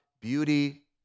beauty